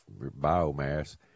biomass